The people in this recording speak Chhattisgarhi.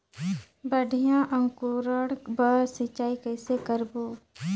बढ़िया अंकुरण बर सिंचाई कइसे करबो?